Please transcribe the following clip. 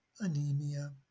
anemia